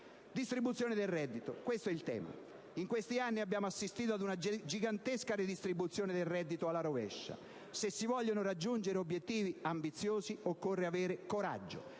distribuzione del reddito, è questo il tema: in questi anni abbiamo assistito ad una gigantesca redistribuzione del reddito alla rovescia. Se si vogliono raggiungere obiettivi ambiziosi, occorre avere coraggio,